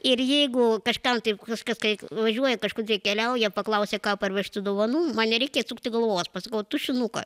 ir jeigu kažkam tai kas kai važiuoja kažkur keliauja paklausia ką parvežti dovanų man nereikia sukti galvos aš sakau tušinuką